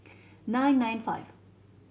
nine nine five